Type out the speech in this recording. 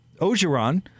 Ogeron